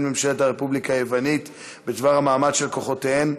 ממשלת הרפובליקה היוונית בדבר המעמד של כוחותיהן,